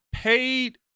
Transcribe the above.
Paid